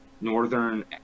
Northern